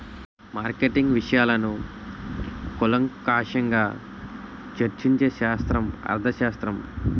marketing విషయాలను కూలంకషంగా చర్చించే శాస్త్రం అర్థశాస్త్రం